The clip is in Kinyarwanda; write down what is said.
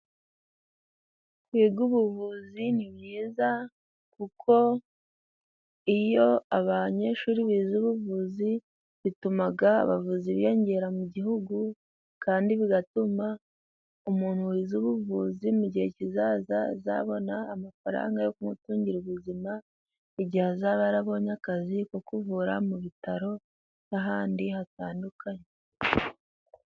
Kwiga ubuvuzi ni byiza kuko iyo abanyeshuri bize ubuvuzi bituma abavuzi biyongera mu gihugu, kandi bigatuma umuntu uzi ubuvuzi mu gihe kizaza azabona amafaranga yo kumutungira ubuzima igihe azaba yarabonye akazi ko kukuvura mu bitaro n'ahandi hatandukanye.